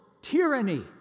tyranny